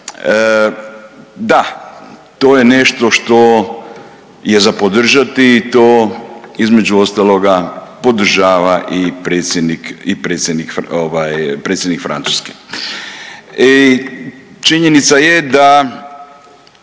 Da, to je nešto što je za podržati i to između ostaloga podržava i predsjednik Francuske. Činjenica je da